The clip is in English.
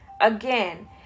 again